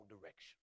direction